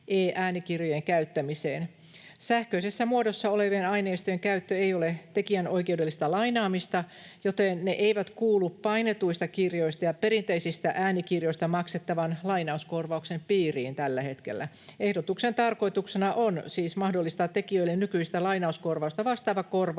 Sähköisessä muodossa olevien aineistojen käyttö ei ole tekijänoikeudellista lainaamista, joten ne eivät kuulu painetuista kirjoista ja perinteisistä äänikirjoista maksettavan lainauskorvauksen piiriin tällä hetkellä. Ehdotuksen tarkoituksena on siis mahdollistaa tekijöille nykyistä lainauskorvausta vastaava korvaus